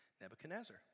Nebuchadnezzar